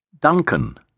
Duncan